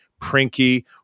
Prinky